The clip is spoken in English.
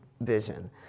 vision